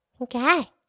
Okay